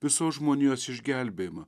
visos žmonijos išgelbėjimą